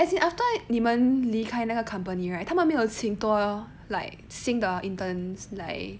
as in after 你们离开那个 company right 他们没有请多 like 新的 interns like